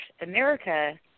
America